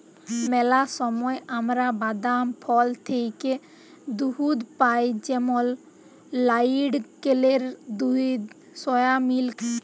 ম্যালা সময় আমরা বাদাম, ফল থ্যাইকে দুহুদ পাই যেমল লাইড়কেলের দুহুদ, সয়া মিল্ক